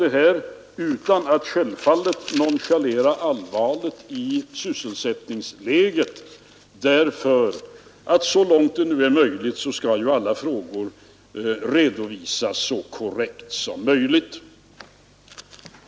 Jag har velat säga detta — självfallet utan att nonchalera allvaret i sysselsättningsläget — eftersom ju alla frågor skall redovisas så korrekt som möjligt.